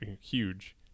huge